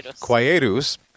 Quietus